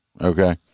Okay